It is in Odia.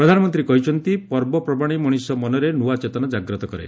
ପ୍ରଧାନମନ୍ତ୍ରୀ କହିଛନ୍ତି ପର୍ବପର୍ବାଣି ମଣିଷ ମନରେ ନୂଆ ଚେତନା ଜାଗ୍ରତ କରେ